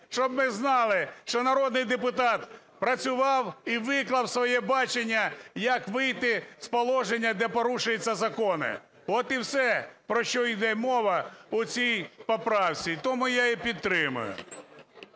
щоб ми знали, що народний депутат працював і виклав своє бачення, як вийти з положення, де порушуються закони. От і все, про що йде мова в цій поправці, і тому я її підтримую.